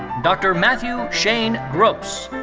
dr. matthew shane gross.